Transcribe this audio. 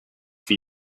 for